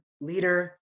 leader